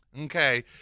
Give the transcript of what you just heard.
okay